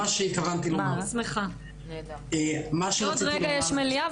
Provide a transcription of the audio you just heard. עוד רגע יש מליאה,